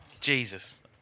Jesus